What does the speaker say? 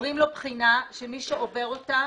בוקר טוב, גברתי מנהלת הוועדה,